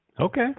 Okay